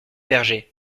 berger